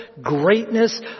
greatness